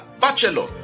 bachelor